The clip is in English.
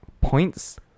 Points